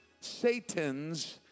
Satan's